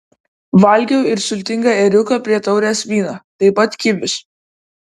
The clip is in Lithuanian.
valgiau ir sultingą ėriuką prie taurės vyno taip pat kivius